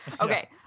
Okay